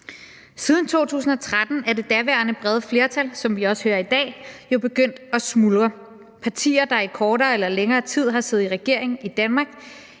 Siden 2013 er det daværende brede flertal begyndt at smuldre, som vi også hører i dag. Partier, der i kortere eller længere tid har siddet i regering i Danmark,